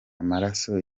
amaraso